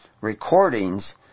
recordings